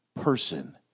person